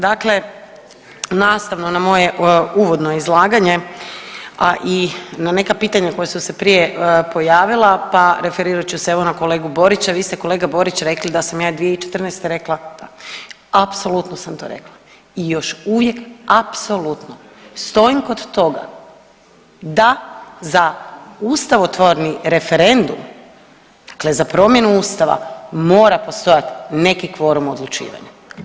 Dakle, nastavno na moje uvodno izlaganje i na neka pitanja koja su se prije pojavila pa, referirat ću se, evo, na kolegu Borića, vi ste, kolega Borić, rekli da sam ja 2014. rekla, da, apsolutno sam to rekla i još uvijek apsolutno stojim kod toga da za ustavotvorni referendum, dakle za promjenu Ustava mora postojati neki kvorum odlučivanja.